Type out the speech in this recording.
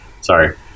Sorry